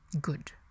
good